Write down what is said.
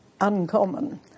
uncommon